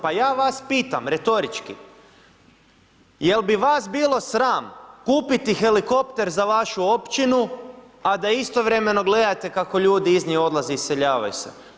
Pa ja vas pitam, retorički, jel bi vas bilo sram kupiti helikopter za vašu općinu, a da istovremeno gledate kako ljudi iz nje odlaze, iseljavaju se.